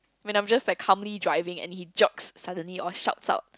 when I'm just like calmly driving and he jerks suddenly or shouts out